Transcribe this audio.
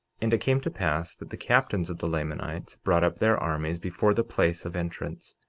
and it came to pass that the captains of the lamanites brought up their armies before the place of entrance,